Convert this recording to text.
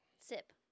sip